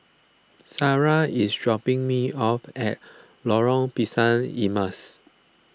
Sara is dropping me off at Lorong Pisang Emas